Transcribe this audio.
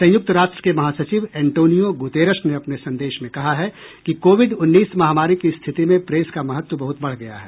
संयुक्त राष्ट्र के महासचिव एंटोनियो गुतेरश ने अपने संदेश में कहा है कि कोविड उन्नीस महामारी की स्थिति में प्रेस का महत्व बहुत बढ़ गया है